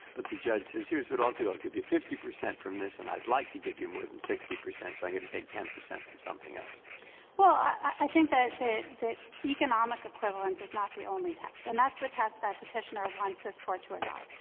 but the judge says, here's what i'll do i'll give you fifty percent from this, and i'd like to give you more than sixty percent so i'm going to take ten percent from something else. eisenstein well, i think that the the economic equivalent is not the only test, and that's the test that petitioner wants this court to adopt.